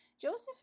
Joseph